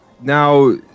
Now